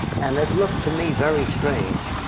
and it looked to me very strange,